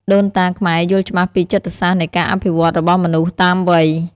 ដូនតាខ្មែរយល់ច្បាស់ពីចិត្តសាស្ត្រនៃការអភិវឌ្ឍរបស់មនុស្សតាមវ័យ។